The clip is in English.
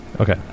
Okay